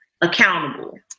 accountable